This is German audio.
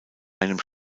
einem